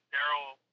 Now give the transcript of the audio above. Daryl